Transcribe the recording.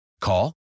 Call